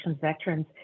veterans